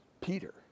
Peter